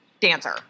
dancer